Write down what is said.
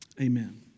Amen